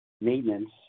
maintenance